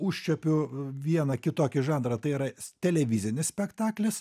užčiuopiu vieną kitokį žanrą tai yra televizinis spektaklis